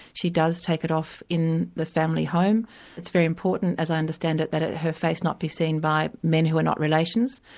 she does take it off in the family home it's very important as i understand it, that ah her face not be seen by men who are not relations,